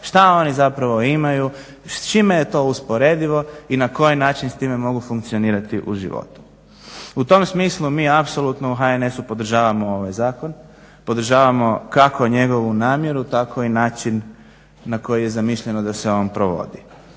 šta oni zapravo imaju, s čime je to usporedivo i na koji način s time mogu funkcionirati u životu. U tom smislu mi apsolutno u HNS-u podržavamo ovaj zakon, podržavamo kako njegovu namjeru tako i način na koji je zamišljeno da se on provodi.